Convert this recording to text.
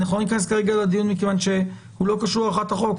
אנחנו לא נכנס כרגע לדיון מכיוון שהוא לא קשור להארכת החוק,